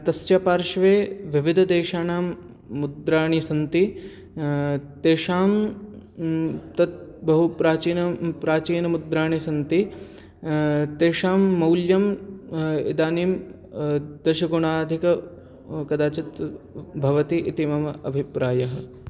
तस्य पार्श्वे विविधदेशानां मुद्राणि सन्ति तेषां तत् बहु प्राचीन प्राचीनमुद्राणि सन्ति तेषां मौल्यम् इदानीं दशगुणाधिकं कदाचित् भवति इति मम अभिप्रायः